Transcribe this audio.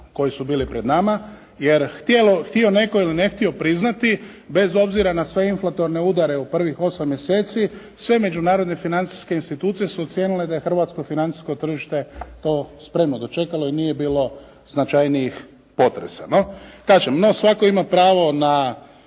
koji su bili pred nama jer htjelo, htio netko ili ne htio priznati bez obzira na sve inflatorne udare u prvih 8 mjeseci sve međunarodne financijske institucije su ocijenile da je hrvatsko financijsko tržište to spremno dočekalo i nije bilo značajnijih potresa. No, kažem no svatko ima pravo na